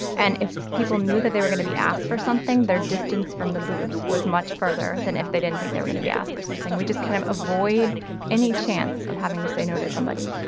and if people knew that they were going to be asked for something, their distance from the booth was much further than if they didn't think they were going to be asked for something. we just kind of avoid any chance of having to say no to somebody